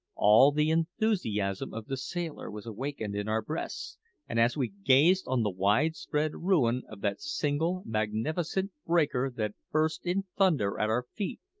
all the enthusiasm of the sailor was awakened in our breasts and as we gazed on the widespread ruin of that single magnificent breaker that burst in thunder at our feet,